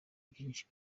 byinshi